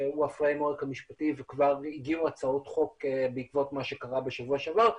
שהוא המסגרת המשפטית וכבר הגיעו הצעות חוק בעקבות מה שקרה בשבוע שעבר,